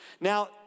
Now